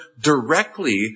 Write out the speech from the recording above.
directly